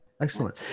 Excellent